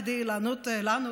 כדי לענות לנו,